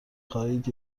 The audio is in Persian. خواهید